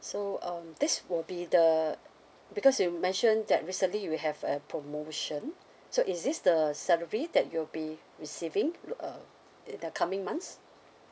so um this will be the because you mentioned that recently you have a promotion so is this the salary that you will be receiving uh in the coming months